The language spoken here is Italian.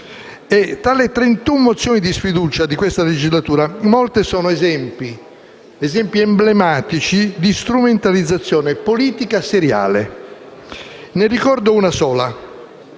Tra le 31 mozioni di sfiducia di questa legislatura molte sono esempi emblematici di strumentalizzazione politica seriale. Ne ricordo una sola: